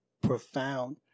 profound